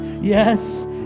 yes